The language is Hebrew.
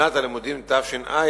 בשנת הלימודים תש"ע